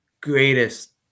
greatest